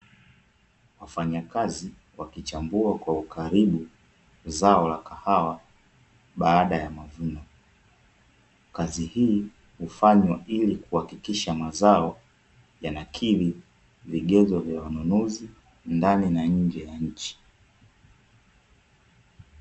Wafanyakazi wakichambua kwa ukaribu zao la kahawa baada ya mavuno kazi hii hufanywa ili kuhakikisha mazao yanakidhi vigezo vya wanunuzi ndani na nje ya nchi.